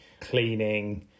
cleaning